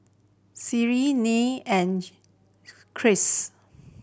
Carlyn Nell and